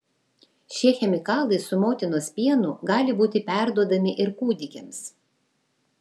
šie chemikalai su motinos pienu gali būti perduodami ir kūdikiams